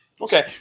Okay